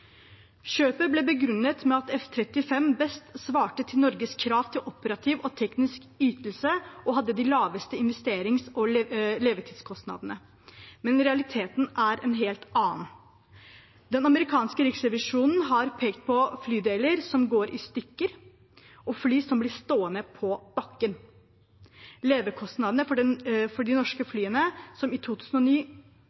Kjøpet ble begrunnet med at F-35 best svarte til Norges krav til operativ og teknisk ytelse og hadde de laveste investerings- og levetidskostnadene. Men realiteten er en helt annen. Den amerikanske riksrevisjonen har pekt på flydeler som går i stykker, og fly som blir stående på bakken. Levekostnadene for de norske